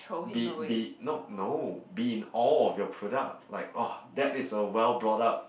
be be no no be in all of your product like ah that is a well brought up